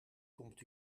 komt